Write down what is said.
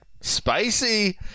spicy